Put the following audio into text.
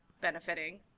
benefiting